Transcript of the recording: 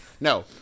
No